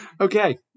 okay